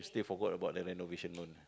they forgot about their renovation loan